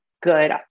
good